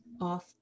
off